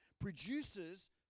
produces